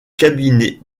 cabinet